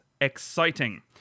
exciting